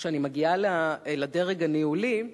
כשאני מגיעה לדרג הניהולי,